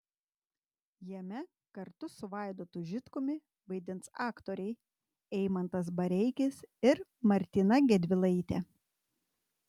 jame kartu su vaidotu žitkumi vaidins aktoriai eimantas bareikis ir martyna gedvilaitė